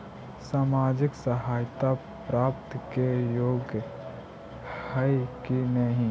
सामाजिक सहायता प्राप्त के योग्य हई कि नहीं?